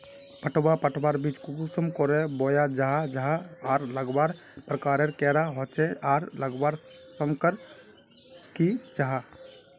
पटवा पटवार बीज कुंसम करे बोया जाहा जाहा आर लगवार प्रकारेर कैडा होचे आर लगवार संगकर की जाहा?